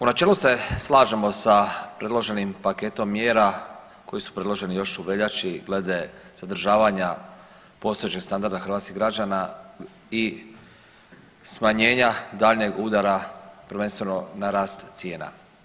U načelu se slažemo sa predloženim paketom mjera koji su predloženi još u veljači glede zadržavanja postojećeg standarda hrvatskih građana i smanjenja daljnjeg udara prvenstveno na rast cijena.